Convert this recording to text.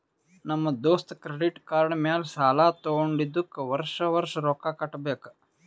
ನಮ್ ದೋಸ್ತ credit card ಮ್ಯಾಲ ಸಾಲಾ ತಗೊಂಡಿದುಕ್ ವರ್ಷ ವರ್ಷ ರೊಕ್ಕಾ ಕಟ್ಟಬೇಕ್